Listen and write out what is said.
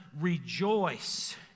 rejoice